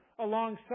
alongside